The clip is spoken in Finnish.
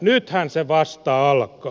nythän se vasta alkaa